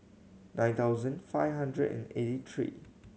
nine thousand five hundred and eighty three